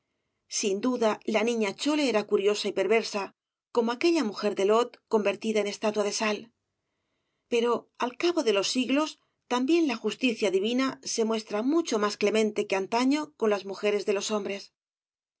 sin duda la niña chole era curiosa y perversa como aquella mujer de lot convertida en estatua de sal pero al cabo délos siglos también la justicia divina se muestra mucho más clemente que antaño con las mujeres de los hombres